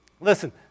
Listen